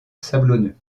sablonneux